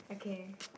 okay